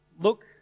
look